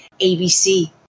ABC